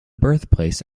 birthplace